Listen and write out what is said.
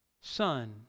son